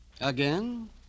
Again